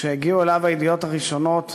כשהגיעו אליו הידיעות הראשונות